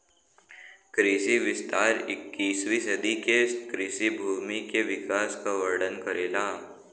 कृषि विस्तार इक्कीसवीं सदी के कृषि भूमि के विकास क वर्णन करेला